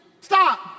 stop